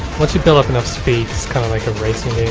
once you build up enough speed, it's kind of like a racing game